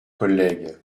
collègue